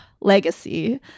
legacy